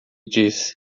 disse